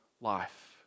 life